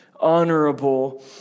honorable